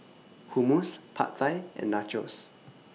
Hummus Pad Thai and Nachos